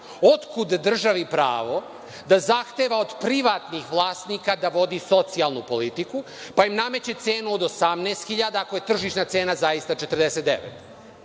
otkud državi pravo da zahteva od privatnih vlasnika da vodi socijalnu politiku, pa im nameće cenu od 18 hiljada ako je tržišna cena zaista 49?